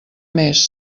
més